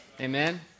Amen